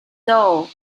door